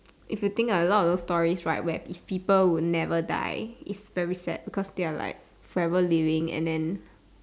if you think ah a lot of those stories right where if people would never die its very sad because they're like forever living and then